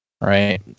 Right